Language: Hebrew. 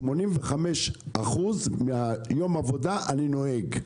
85% מיום העבודה אני נוהג.